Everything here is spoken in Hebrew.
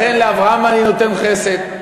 לכן לאברהם אני נותן חסד.